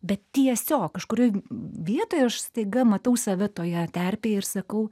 bet tiesiog kažkurioj vietoj aš staiga matau save toje terpėje ir sakau